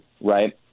right